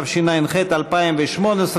התשע"ח 2018,